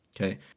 Okay